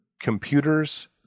computers